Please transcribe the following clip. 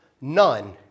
none